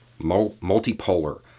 Multipolar